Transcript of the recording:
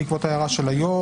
בעקבות ההערה של היו"ר,